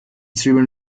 zwiebeln